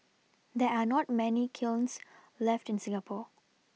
there 're not many kilns left in Singapore